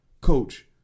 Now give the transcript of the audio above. coach